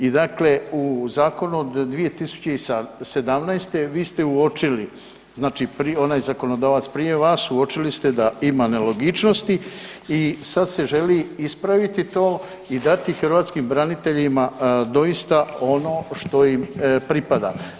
I dakle, u zakonu iz 2017. vi ste uočili onaj zakonodavac prije vas suočili ste da ima nelogičnosti i sad se želi ispraviti to i dati hrvatskim braniteljima doista ono što im pripada.